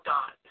God